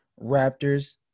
Raptors